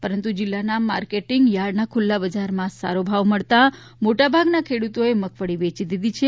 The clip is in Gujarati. પરંતુ જિલ્લાના માર્કેટીંગયાર્ડના ખુલ્લા બજારમાં સારો ભાવ મળતા મોટા ભાગના ખેડૂતોએ મગફળી વેચી દીધી છે